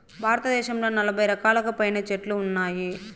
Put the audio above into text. భారతదేశంలో నలబై రకాలకు పైనే చెట్లు ఉన్నాయి